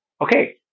okay